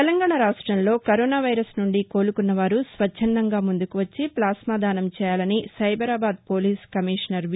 తెలంగాణ రాష్టంలో corona virus నుండి కోలుకున్న వారు స్వచ్చందంగా ముందుకు వచ్చి ఫ్లాస్నా దానం చేయాలని సైబరాబాద్ పోలీస్ కమిషనర్ వి